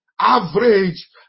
average